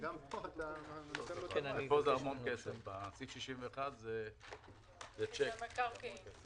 וגם פה לעניין סעיף 61. באישור לעניין סעיף 61 זה המון כסף.